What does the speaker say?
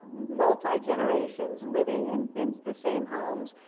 multi-generations living and in the same homes,